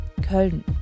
Köln